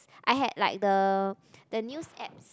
I had like the the news apps